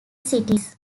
cities